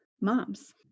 moms